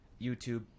YouTube